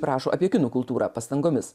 rašo apie kinų kultūrą pastangomis